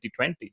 2020